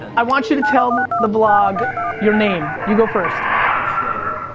i want you to tell the vlog your name. you go first. nathan scherotter.